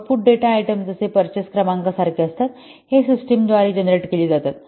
output data item जसे purchase क्रमांकासारखे असतात हे सिस्टमद्वारे जनरेट केले जातात